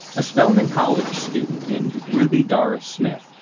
a spelman college student named ruby doris smith,